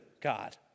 God